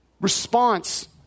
response